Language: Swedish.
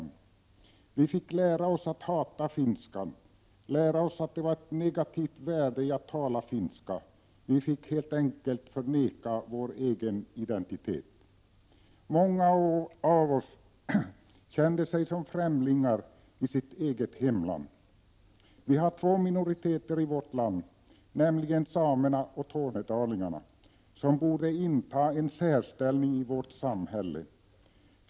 Vi fick lära oss att hata finskan, lära oss att det var ett negativt värde i att tala finska. Vi fick helt enkelt förneka vår egen identitet. Många av oss kände sig som främlingar i sitt eget hemland. Vi har två minoriteter i vårt land, nämligen samerna och tornedalingarna, som borde inta en särställning i vårt samhälle.